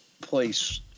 place